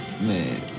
Man